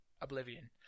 Oblivion